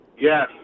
Yes